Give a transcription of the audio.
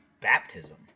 baptism